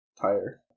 tire